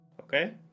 okay